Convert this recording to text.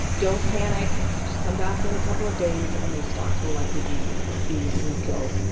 don't panic. just come back in a couple of days and those stocks will likely be ah be refilled.